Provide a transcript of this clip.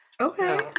Okay